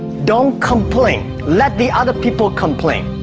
don't complain let the other people complain